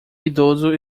idoso